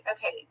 Okay